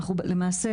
למעשה,